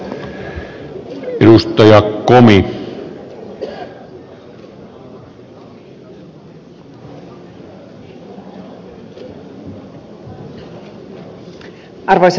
arvoisa herra puhemies